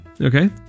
Okay